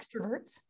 extroverts